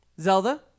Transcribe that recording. Zelda